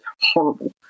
horrible